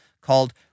called